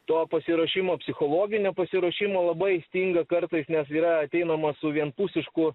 to pasiruošimo psichologinio pasiruošimo labai stinga kartais nes yra ateinama su vienpusišku